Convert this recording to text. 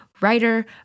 writer